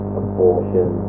abortion